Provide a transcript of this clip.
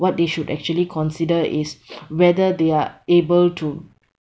what they should actually consider is whether they are able to